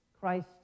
Christ